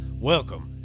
welcome